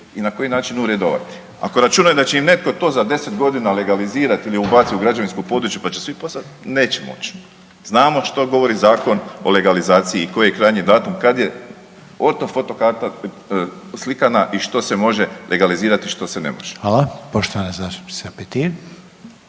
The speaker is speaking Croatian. i na koji način uredovati. Ako računaju da će im netko to za 10 godina legalizirat ili ubacit u građevinsko područje pa će svi poslat, neće moć. Znamo što govori Zakon o legalizaciji i koji je krajnji datum kad je ortofoto karta slikana i što se može legalizirat i što se ne može. **Reiner,